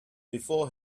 before